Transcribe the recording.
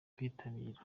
kwitabira